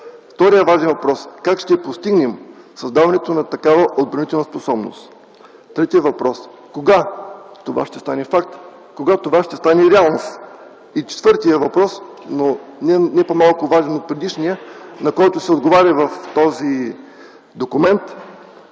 Вторият важен въпрос е как ще постигнем създаването на такава отбранителна способност. Третият въпрос е кога това ще стане факт и реалност. Четвъртият въпрос, но не по-малко важен от предишния, на който се отговаря в този документ,